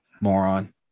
moron